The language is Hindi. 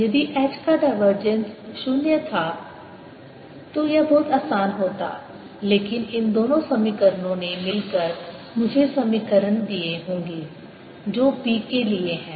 यदि H का डायवर्जेंस शून्य था तो यह बहुत आसान होता क्योंकि इन दोनों समीकरणों ने मिलकर मुझे समीकरण दिए होंगे जो B के लिए हैं